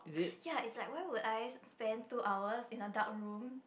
ya it's like why would I spend two hours in a dark room